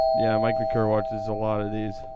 yeah, mike mckerr watches a lot of these.